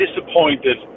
disappointed